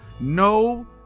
no